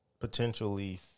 potentially